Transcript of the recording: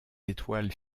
étoiles